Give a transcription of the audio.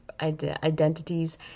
identities